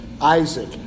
Isaac